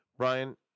Brian